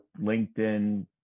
LinkedIn